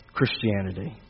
Christianity